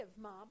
mom